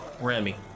Remy